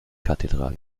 kath